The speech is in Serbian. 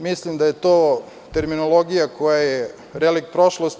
Mislim da je to terminologija koja je relikt prošlosti.